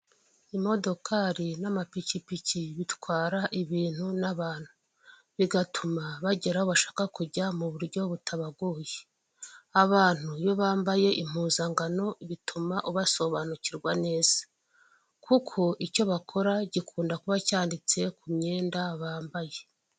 Imodokari n'amapikipiki bitwara ibintu n'abantu, bigatuma bagera aho bashaka kujya mu buryo butabagoye. Abantu iyo bambaye impuzankano bituma ubasobanukirwa neza, kuko icyo bakora gikunda kuba cyanditse ku myenda bambaye.